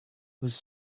whose